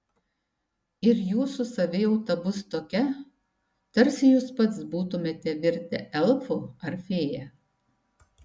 ir jūsų savijauta bus tokia tarsi jūs pats būtumėte virtę elfu ar fėja